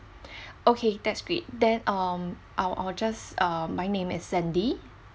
okay that's great then um I'll I'll just um my name is sandy